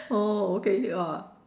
oh okay K !wah!